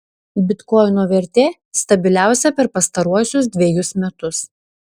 bitkoino vertė stabiliausia per pastaruosius dvejus metus